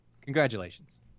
Congratulations